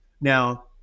Now